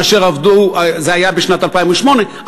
זה היה בשנת 2008,